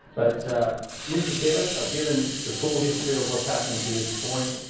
but mr chairman i've given the full history of what's happened to this point.